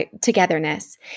togetherness